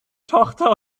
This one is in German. tochter